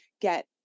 get